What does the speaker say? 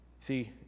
see